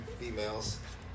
Females